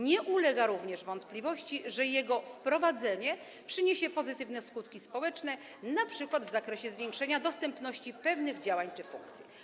Nie ulega również wątpliwości, że jego wprowadzenie przyniesie pozytywne skutki społeczne, np. w zakresie zwiększenia dostępności pewnych działań czy funkcji.